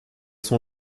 son